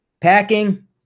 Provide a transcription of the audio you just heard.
Packing